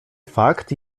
fakt